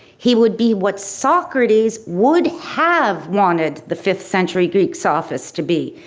he would be what socrates would have wanted the fifth century greek's office to be.